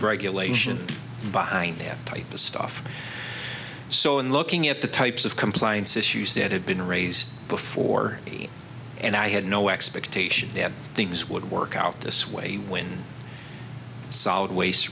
elation behind that type of stuff so in looking at the types of compliance issues that have been raised before the and i had no expectation that things would work out this way when solid waste